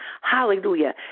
Hallelujah